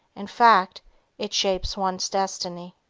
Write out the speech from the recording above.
in fact it shapes ones destiny.